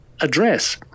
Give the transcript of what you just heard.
address